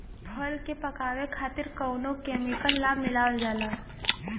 फल के पकावे खातिर कउनो केमिकल ना मिलावल जाला